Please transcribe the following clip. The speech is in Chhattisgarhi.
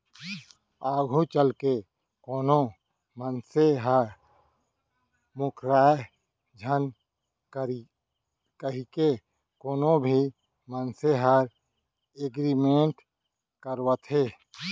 आघू चलके कोनो मनसे ह मूकरय झन कहिके कोनो भी मनसे ह एग्रीमेंट करवाथे